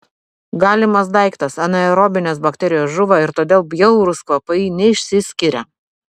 galimas daiktas anaerobinės bakterijos žūva ir todėl bjaurūs kvapai neišsiskiria